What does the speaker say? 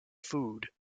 food